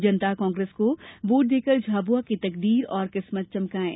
जनता कांग्रेस को वोट देकर झाबुआ की तकदीर और किस्मत चमकाये